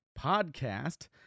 podcast